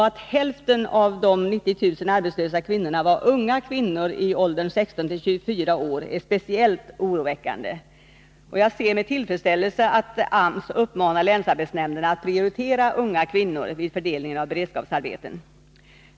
Att hälften av de 90 000 arbetslösa kvinnorna var unga kvinnor i åldern 16-24 år är speciellt oroväckande. Jag ser med tillfredsställelse att AMS uppmanar länsarbetsnämnderna att prioritera unga kvinnor vid fördelningen av beredskapsarbeten.